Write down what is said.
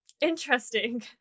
Interesting